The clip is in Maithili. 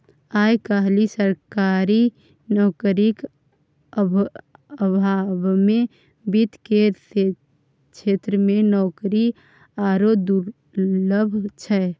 आय काल्हि सरकारी नौकरीक अभावमे वित्त केर क्षेत्रमे नौकरी आरो दुर्लभ छै